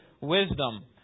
wisdom